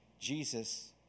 Jesus